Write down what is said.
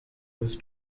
was